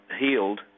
healed